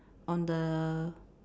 on the